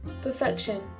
Perfection